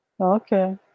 okay